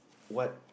what